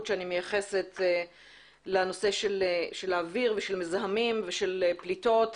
שאני מייחסת לנושא של האוויר ושל מזהמים ושל פליטות,